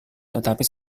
tetapi